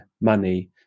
money